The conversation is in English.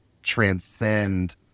transcend